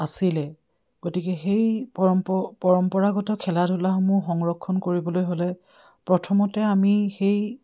আছিলে গতিকে সেই পৰম্পৰাগত খেলা ধূলাসমূহ সংৰক্ষণ কৰিবলৈ হ'লে প্ৰথমতে আমি সেই